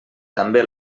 també